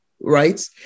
right